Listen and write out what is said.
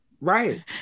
Right